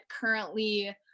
currently